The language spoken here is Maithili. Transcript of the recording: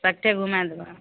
सटे घुमाय देबऽ